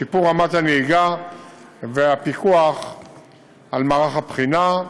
שיפור רמת הנהיגה והפיקוח על מערך הבחינה.